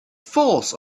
force